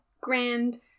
grand